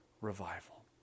revival